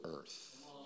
earth